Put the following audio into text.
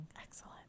Excellent